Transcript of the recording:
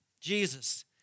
Jesus